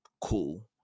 cool